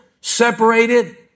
separated